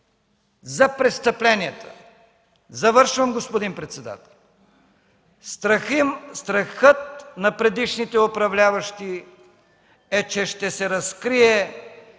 за престъпленията – завършвам, господин председател – страхът на предишните управляващи е, че ще се разкрие